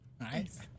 Nice